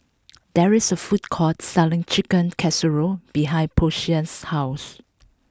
there is a food court selling Chicken Casserole behind Posey's House